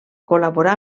col·laborà